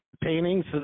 paintings